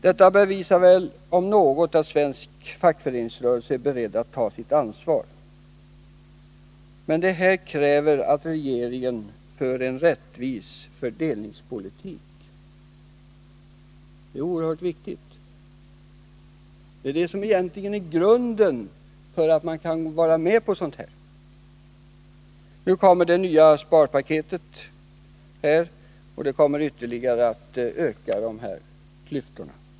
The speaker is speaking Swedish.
Det här bevisar väl om något att svensk fackföreningsrörelse är beredd att ta sitt ansvar, men detta kräver också att regeringen för en rättvis fördelningspolitik. Det är oerhört viktigt, ty det är det som egentligen är grunden för att man kan vara med på sådant här. Nu följer det nya sparpaketet som kommer att ytterligare öka klyftorna.